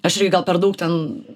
aš irgi gal per daug ten